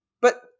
But-